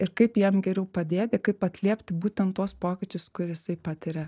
ir kaip jam geriau padėti kaip atliepti būtent tuos pokyčius kur jisai patiria